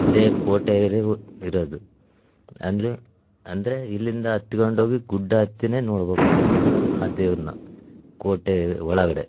ಅದೇ ಕೋಟೆ ಇರೋದು ಅಂದರೆ ಅಂದರೆ ಇಲ್ಲಿಂದ ಹತ್ಗಂಡೋಗಿ ಗುಡ್ಡ ಹತ್ತಿನೇ ನೋಡ್ಬೇಕು ಆ ದೇವ್ರನ್ನ ಕೋಟೆ ಒಳಗಡೆ